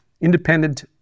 independent